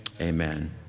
Amen